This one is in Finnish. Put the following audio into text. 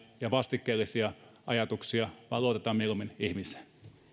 ja vastikkeellisia ajatuksia vaan luotetaan mieluummin ihmiseen